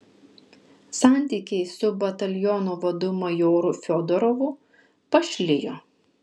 santykiai su bataliono vadu majoru fiodorovu pašlijo